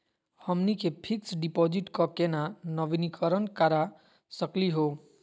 हमनी के fix deposit क केना नवीनीकरण करा सकली हो?